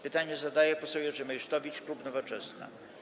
Pytanie zada poseł Jerzy Meysztowicz, klub Nowoczesna.